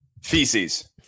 feces